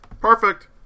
Perfect